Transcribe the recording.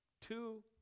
Two